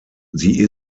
sie